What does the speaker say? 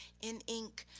in ink,